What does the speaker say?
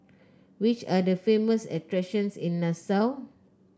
which are the famous attractions in Nassau